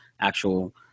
actual